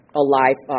alive